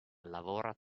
lavora